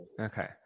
Okay